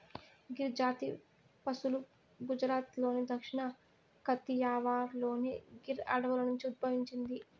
గిర్ జాతి పసులు గుజరాత్లోని దక్షిణ కతియావార్లోని గిర్ అడవుల నుండి ఉద్భవించింది